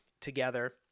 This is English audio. together